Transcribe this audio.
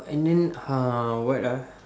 and then uh what ah